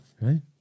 Right